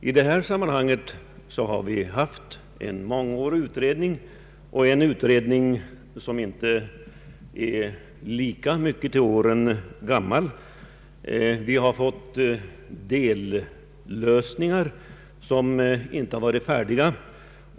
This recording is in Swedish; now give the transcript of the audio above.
I denna fråga har vi haft dels en mångårig utredning, dels en utredning som inte är lika gammal till åren. Vi har fått dellösningar som inte har varit färdiga.